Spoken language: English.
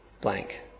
blank